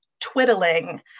twiddling